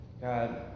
God